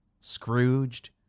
Scrooged